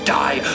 die